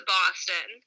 Boston